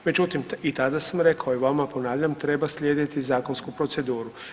Međutim i tada sam rekao i vama ponavljam treba slijediti zakonsku proceduru.